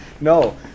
No